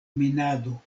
minado